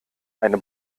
eine